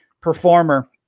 performer